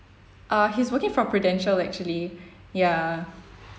uh he's working for prudential actually ya